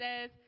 says